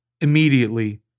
immediately